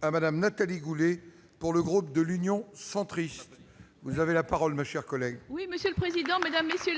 à Madame Nathalie Goulet pour le groupe de l'Union centriste, vous avez la parole, ma chère collègue. Oui, monsieur le président, Mesdames, messieurs,